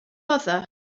mother